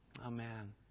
Amen